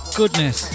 goodness